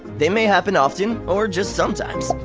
they may happen often or just sometimes,